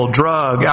drug